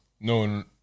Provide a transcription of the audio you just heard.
No